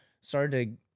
started